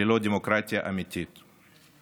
ללא דמוקרטיה אמיתית.